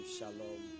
Shalom